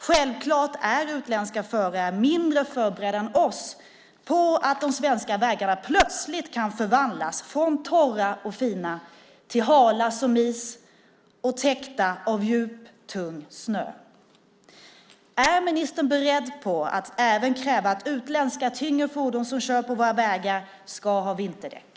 Självklart är utländska förare mindre förberedda än vi på att de svenska vägarna plötsligt kan förvandlas från torra och fina till hala som is och täckta av djup, tung snö. Är ministern beredd på att även kräva att utländska tyngre fordon som kör på våra vägar ska ha vinterdäck?